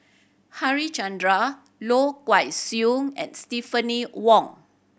Harichandra Loh and Stephanie Wong